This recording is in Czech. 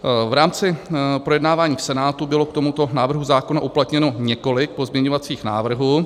V rámci projednávání v Senátu bylo k tomuto návrhu zákona uplatněno několik pozměňovacích návrhů.